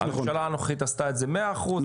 הממשלה הנוכחית עשתה את זה מאה אחוז.